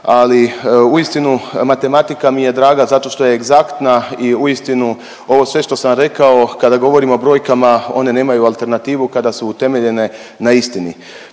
ali uistinu matematika mi je draga zato što je egzaktna i uistinu ovo sve što sam rekao kada govorim o brojkama one nemaju alternativu kada su utemeljene na istini,